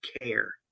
care